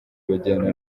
bajyana